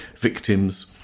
victims